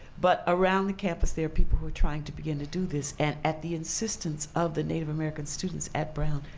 but around the campus there are people who are trying to begin to do this. and at the insistence of the native american students at brown,